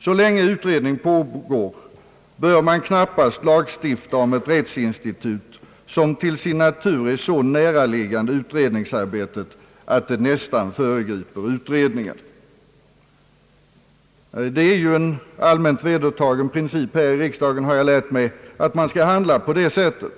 Så länge utredning pågår bör man knappast lagstifta om ett rättsinstitut som till sin natur ligger så nära utredningsarbetet att det nästan föregriper utredningen. Det är ju en allmänt vedertagen princip här i riksdagen, har jag lärt mig, att man inte bör handla på det sättet.